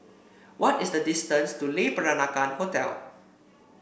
what is the distance to Le Peranakan Hotel